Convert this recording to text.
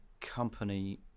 company